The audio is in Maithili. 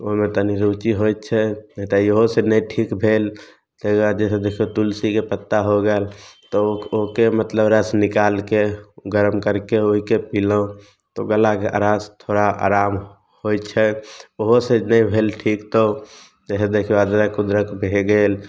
ओहिमे तनि रुचि होइ छै नहि तऽ इहो से नहि ठीक भेल ताहि दुआरे जइसे तुलसीके पत्ता हो गेल तऽ ओ ओहिके मतलब रस निकालिके गरम करिके ओइके पिलहुँ तऽ गलाके खराश थोड़ा आराम होइ छै ओहो से नहि भेल ठीक तऽ जइसे देखिऔ अदरक उदरक भै गेल